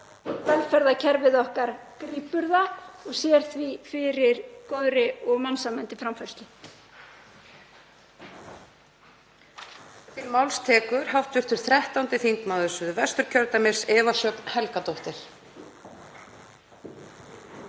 velferðarkerfið okkar grípur það og sér því fyrir góðri og mannsæmandi framfærslu.